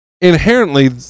inherently